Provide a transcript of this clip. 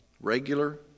regular